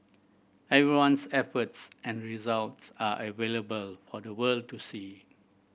everyone's efforts and results are available for the world to see